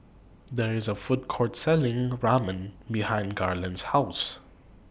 There IS A Food Court Selling Ramen behind Garland's House